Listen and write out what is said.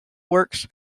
works